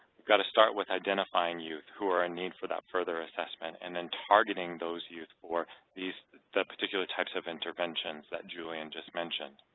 got to start with identifying youth who are in need for that further assessment and then targeting those youth for the particular types of interventions that julian just mentioned.